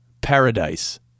paradise